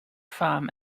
farm